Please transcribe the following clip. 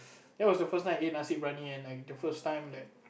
that was the first time I ate nasi-bryani and like the first time that